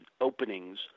openings